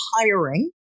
hiring